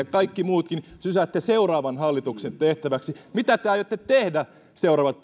ja kaikki muutkin sysäätte seuraavan hallituksen tehtäväksi mitä te aiotte tehdä seuraavat